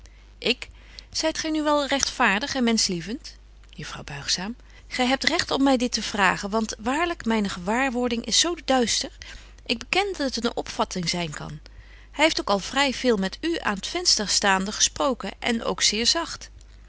ik zyt gy nu wel rechtvaardig en menschlievent juffrouw buigzaam gy hebt recht om my dit te vragen want waarlyk myne gewaarwording is zo duister ik beken dat het een opvatting zyn kan hy heeft ook al vry veel met u aan t vengster staande gesproken en ook zeer zagt